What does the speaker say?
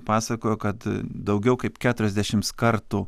pasakojo kad daugiau kaip keturiasdešims kartų